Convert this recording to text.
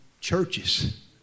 churches